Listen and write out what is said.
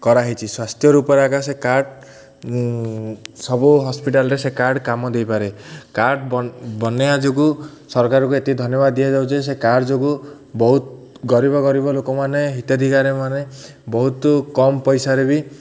କରା ହେଇଛି ସ୍ୱାସ୍ଥ୍ୟ ରୂପରେ ଆଜ୍ଞା ସେ କାର୍ଡ଼ ସବୁ ହସ୍ପିଟାଲରେ ସେ କାର୍ଡ଼ କାମ ଦେଇପାରେ କାର୍ଡ଼ ବ ବନାଇବା ଯୋଗୁଁ ସରକାରକୁ ଏତିକି ଧନ୍ୟବାଦ ଦିଆଯାଉଛି ସେ କାର୍ଡ଼ ଯୋଗୁଁ ବହୁତ ଗରିବ ଗରିବ ଲୋକମାନେ ହିତାଧିକାରୀ ମାନେ ବହୁତ କମ୍ ପଇସାରେ ବି